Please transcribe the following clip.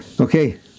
Okay